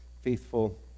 faithful